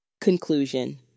Conclusion